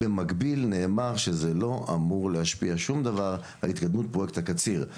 במקביל נאמר שזה לא אמור להשפיע שום דבר על התקדמות פרויקט הקציר.